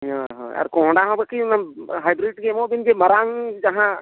ᱦᱳᱭ ᱦᱳᱭ ᱠᱚᱸᱦᱰᱟ ᱫᱚ ᱠᱤ ᱦᱟᱭᱵᱨᱤᱰ ᱜᱮ ᱮᱢᱚᱜ ᱵᱤᱱ ᱢᱟᱨᱟᱝ ᱡᱟᱦᱟᱸ